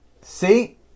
See